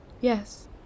Yes